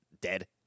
dead